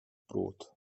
brot